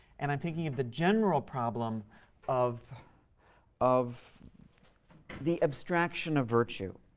and i'm thinking of the general problem of of the abstraction of virtue,